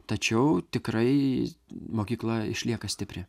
tačiau tikrai mokykla išlieka stipri